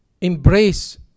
embrace